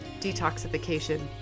detoxification